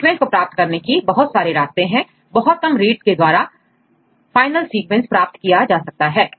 sequence को प्राप्त करने की बहुत सारे रास्ते हैं बहुत कम रीड्स के द्वारा फाइनल सीक्वेंस प्राप्त किया जा सकता है